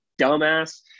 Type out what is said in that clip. dumbass